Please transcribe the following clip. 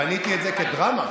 בניתי את זה כדרמה.